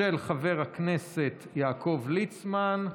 של חבר הכנסת יעקב ליצמן.